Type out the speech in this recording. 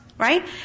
Right